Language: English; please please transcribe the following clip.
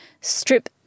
strip